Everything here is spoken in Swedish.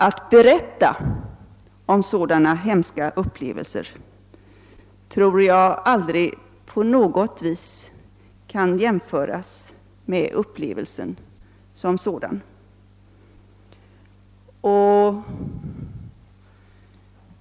Att berätta om sådana hemska upplevelser tror jag aldrig kan jämföras med upplevelsen som sådan.